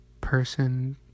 person